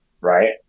right